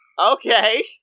Okay